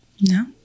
No